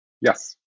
Yes